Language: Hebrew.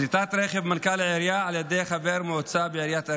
שריטת רכב מנכ"ל העירייה על ידי חבר מועצה בעיריית אריאל.